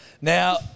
Now